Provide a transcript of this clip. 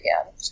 again